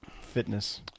fitness